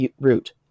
route